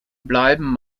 bleiben